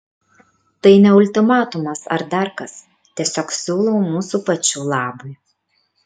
tai ne ultimatumas ar dar kas tiesiog siūlau mūsų pačių labui